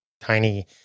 tiny